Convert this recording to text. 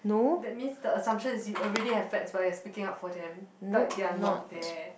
that means the assumption is you already have fats but you are speaking up for them but they are not there